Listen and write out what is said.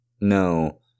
No